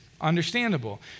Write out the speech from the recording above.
Understandable